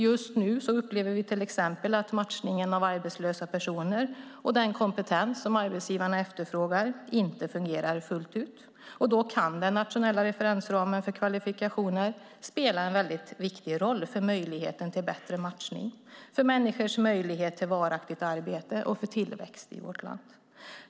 Just nu upplever vi till exempel att matchningen av arbetslösa personer och den kompetens som arbetsgivarna efterfrågar inte fungerar fullt ut. Då kan den nationella referensramen för kvalifikationer spela en väldigt viktig roll för möjligheten till bättre matchning, för människors möjlighet till varaktigt arbete och för tillväxt i vårt land.